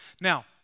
Now